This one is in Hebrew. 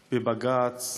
בבג"ץ,